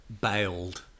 bailed